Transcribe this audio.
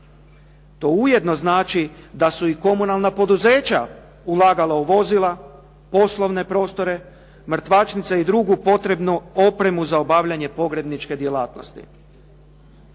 To ujedno i znači da su i komunalna poduzeća ulagala u vozila, poslovne prostore, mrtvačnica i drugu potrebnu opremu za obavljanje pogrebničke djelatnosti.